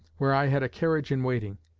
where i had a carriage in waiting.